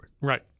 right